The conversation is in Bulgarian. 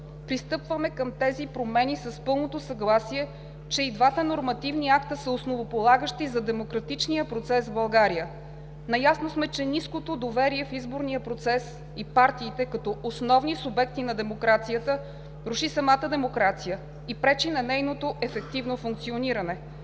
Пристъпваме към тези промени с пълното съгласие, че и двата нормативни акта са основополагащи за демократичния процес в България. Наясно сме, че ниското доверие в изборния процес и в партиите, като основни субекти на демокрацията, руши самата демокрация и пречи на нейното ефективно функциониране.